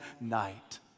night